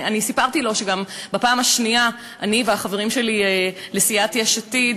אני סיפרתי לו גם שבפעם השנייה אני והחברים שלי לסיעת יש עתיד,